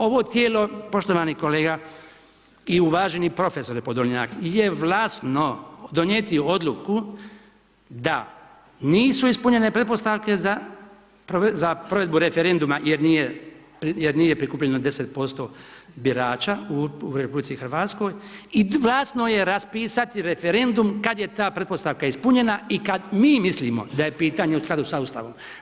Ovo tijelo poštovani kolega i uvaženi prof. Podolnjak je vlasno donijeti odluku da nisu ispunjene pretpostavke za provedbu referenduma jer nije prikupljeno 10% birača u RH i vlasno je raspisati referendum kad je ta pretpostavka ispunjena i kad mi mislimo daj je pitanje u skladu sa Ustavom.